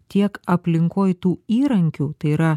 tiek aplinkoj tų įrankių tai yra